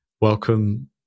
welcome